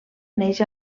neix